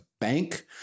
bank